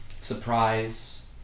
surprise